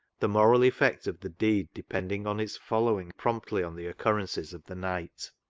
the moral effect of the deed depending on its following promptly on the occurrences of the night.